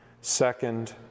second